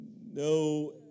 no